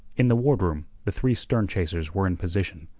in the ward-room the three stern chasers were in position,